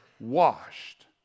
washed